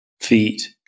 feet